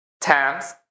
times